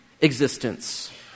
existence